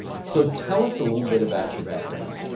so tell us a little bit about your background.